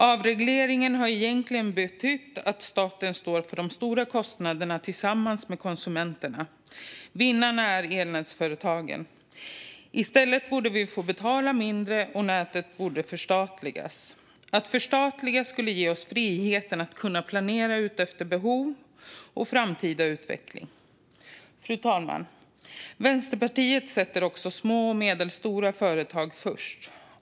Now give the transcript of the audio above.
Avregleringen har egentligen betytt att staten står för de stora kostnaderna tillsammans med konsumenterna. Vinnarna är elnätsföretagen. I stället borde vi få betala mindre, och nätet borde förstatligas. Att förstatliga skulle ge oss friheten att kunna planera utefter behov och framtida utveckling. Fru talman! Vänsterpartiet sätter också små och medelstora företag först.